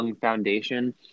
foundation